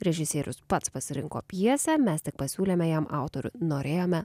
režisierius pats pasirinko pjesę mes tik pasiūlėme jam autorių norėjome